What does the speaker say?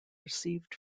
received